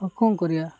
କ'ଣ କରିବା